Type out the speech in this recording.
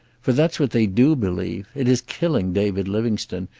for that's what they do believe. it is killing david livingstone,